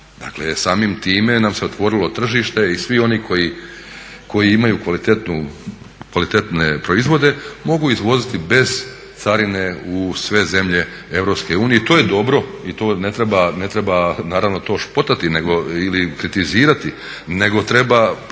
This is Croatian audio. samim time nam se otvorilo tržište i svi oni koji imaju kvalitetne proizvode mogu izvoziti bez carine u sve zemlje EU i to je dobro i to ne treba naravno to špotati ili kritizirati nego treba to pohvaliti,